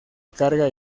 carga